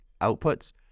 outputs